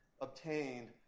obtained